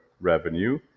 revenue